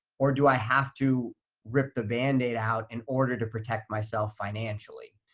or do i have to rip the bandaid out in order to protect myself financially?